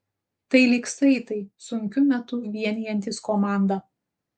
tai lyg saitai sunkiu metu vienijantys komandą